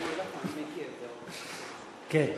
כן.